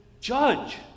judge